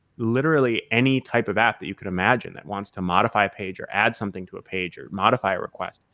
literally, any type of app that you can imagine that wants to modify a page or add something to a page or modify a request,